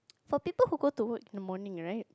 for people who go to work in the morning right